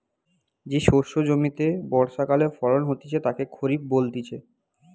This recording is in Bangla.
যে শস্য জমিতে বর্ষাকালে ফলন হতিছে তাকে খরিফ বলতিছে